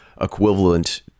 equivalent